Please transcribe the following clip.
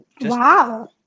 Wow